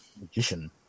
magician